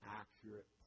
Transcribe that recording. accurate